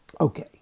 Okay